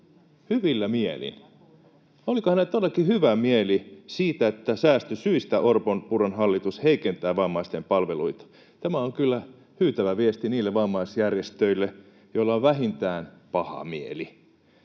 Hyvillä mielin — oliko hänellä todellakin hyvä mieli siitä, että säästösyistä Orpon—Purran hallitus heikentää vammaisten palveluita? Tämä on kyllä hyytävä viesti niille vammaisjärjestöille, joilla on vähintään paha mieli.